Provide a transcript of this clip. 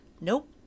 Nope